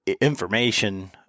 information